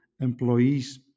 employees